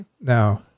no